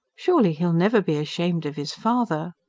surely he'll never be ashamed of his father?